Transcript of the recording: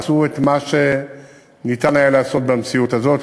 עשו את מה שניתן היה לעשות במציאות הזאת.